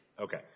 Okay